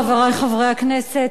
חברי חברי הכנסת,